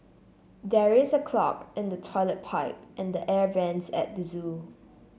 there is a clog in the toilet pipe and the air vents at the zoo